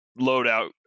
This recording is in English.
loadout